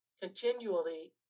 continually